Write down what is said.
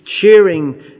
cheering